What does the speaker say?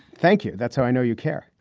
thank you. that's how i know you care.